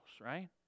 right